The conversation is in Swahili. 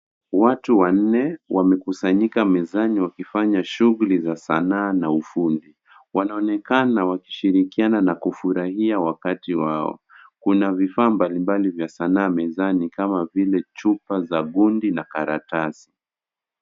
Watu wannne wamekusanyika mezani wakifanya shughli za sanaa na ufundi. Wanaonekana wakishirikiana na kufurahia wakati wao. Kuna vifaa mbalimbali vya sanaa mezani kama vile chupa za gundi na karatasi.